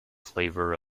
flavor